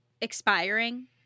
expiring